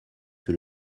que